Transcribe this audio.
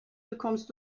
bekommst